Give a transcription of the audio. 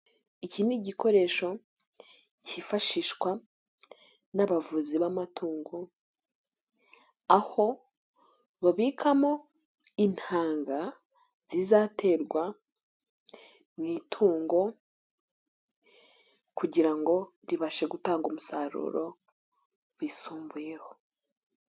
Iki ni igikoresho cyifashishwa n'abavuzi b'amatungo aho babikamo intanga zizaterwa mu itungo kugira ngo ribashe gutanga umusaruro wisumbuyeho.